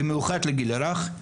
במיוחד לגיל הרך.